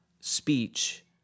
speech